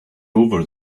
over